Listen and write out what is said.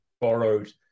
borrowed